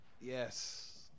Yes